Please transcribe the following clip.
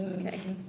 okay.